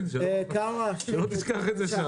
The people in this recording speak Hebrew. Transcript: שלא תשכח.